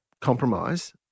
compromise